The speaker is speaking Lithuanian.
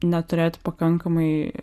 neturėti pakankamai